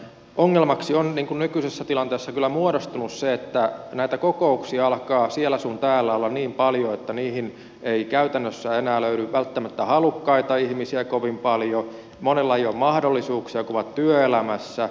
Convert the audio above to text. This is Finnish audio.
ongelmaksi on nykyisessä tilanteessa kyllä muodostunut se että näitä kokouksia alkaa siellä sun täällä olla niin paljon että niihin ei käytännössä enää löydy välttämättä halukkaita ihmisiä kovin paljon monella ei ole mahdollisuuksia kun ovat työelämässä